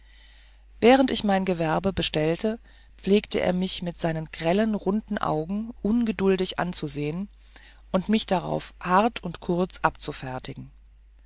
während ich mein gewerbe bestellte pflegte er mich mit seinen grellen runden augen ungeduldig anzusehen und mich darauf hart und kurz abzufertigen